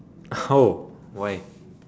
oh why